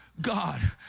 God